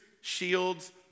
shields